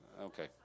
Okay